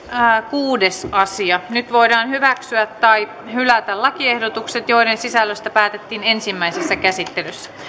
kuudes asia nyt voidaan hyväksyä tai hylätä lakiehdotukset joiden sisällöstä päätettiin ensimmäisessä käsittelyssä